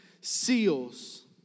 seals